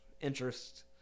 interest